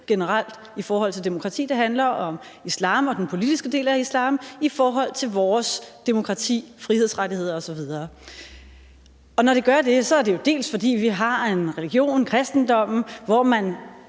om tro og demokrati generelt. Det handler om islam og den politiske del af islam i forhold til vores demokrati, frihedsrettigheder osv. Og når det gør det, er det jo, fordi vi har en religion, kristendommen, hvor man